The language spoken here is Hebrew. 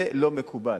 זה לא מקובל.